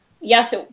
Yes